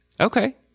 Okay